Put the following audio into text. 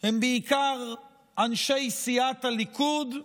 הם בעיקר אנשי סיעת הליכוד,